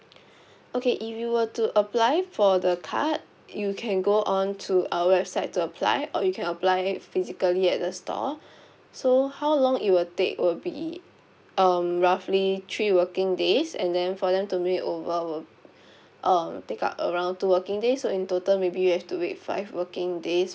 okay if you were to apply for the card you can go on to our website to apply or you can apply it physically at the store so how long it will take will be um roughly three working days and then for them to mail it over will um take up around two working days so in total maybe you have to wait five working days